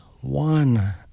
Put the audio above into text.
one